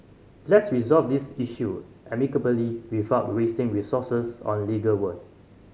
let's resolve this issue amicably without wasting resources on legal work